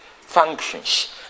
functions